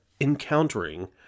encountering